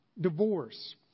divorce